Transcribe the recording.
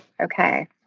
okay